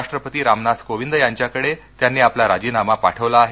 राष्ट्रपती रामनाथ कोविद यांच्याकडं त्यांनी आपला राजीनामा पाठवला आहे